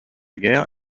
guerre